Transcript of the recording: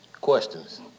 Questions